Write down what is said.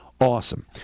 Awesome